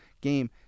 game